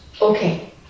Okay